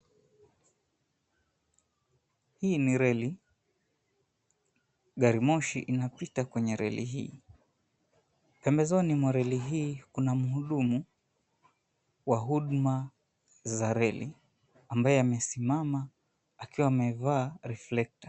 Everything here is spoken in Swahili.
Hii ni reli, gari moshi inapita kwenye reli hii. Pembezoni mwa reli hii kuna mhudumu wa huduma za reli, ambaye amesimama akiwa amevaa reflector .